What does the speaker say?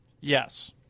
yes